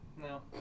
no